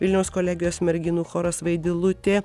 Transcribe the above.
vilniaus kolegijos merginų choras vaidilutė